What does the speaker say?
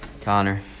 Connor